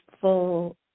full